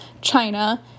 China